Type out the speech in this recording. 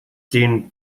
den